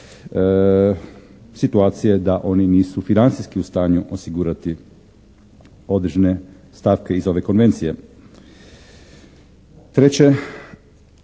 situacije da oni nisu financijski u stanju osigurati određene stavke iz ove konvencije? Treće,